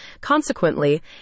Consequently